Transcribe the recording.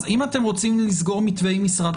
אז אם אתם רוצים לסגור מתווה עם משרד